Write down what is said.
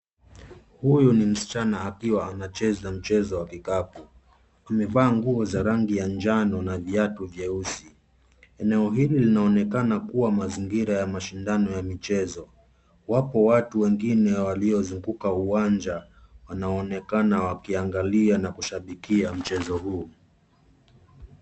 Huyu ni msichana akiwa anacheza mchezo wa kikapu. Amevaa nguo za rangi ya njano na viatu vyeusi. Eneo hili linaonekana kuwa mazingira ya mashindano ya michezo. Wapo watu wengine waliozunguka uwanja wanaoonekana wakiangalia na kushabikia mchezo huu.